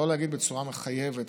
לא להגיד בצורה מחייבת: